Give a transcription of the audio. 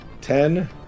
ten